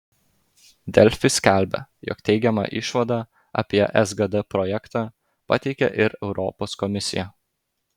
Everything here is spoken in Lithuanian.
delfi skelbė jog teigiamą išvadą apie sgd projektą pateikė ir europos komisija